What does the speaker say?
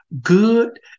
good